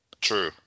True